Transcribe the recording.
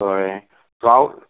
कळ्ळें सो हांव